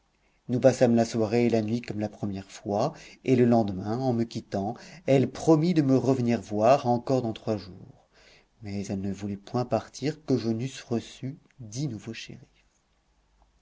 nous passâmes la soirée et la nuit comme la première fois et le lendemain en me quittant elle promit de me revenir voir encore dans trois jours mais elle ne voulut point partir que je n'eusse reçu dix nouveaux